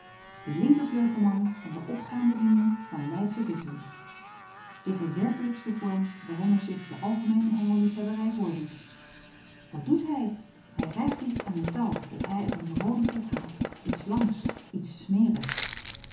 de linkervleugelman van de opgaande linie van leidsche visschers de verwerpelijkste vorm waaronder zich de algemeene hengelliefhebberij voordoet wat doet hij hij rijgt iets aan een touw dat hij uit een rooden pot haalt iets langs iets